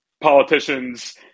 politicians